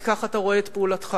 כי כך אתה רואה את פעולתך,